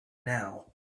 now